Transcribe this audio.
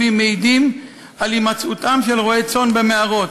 מעידים על הימצאותם של רועי צאן במערות,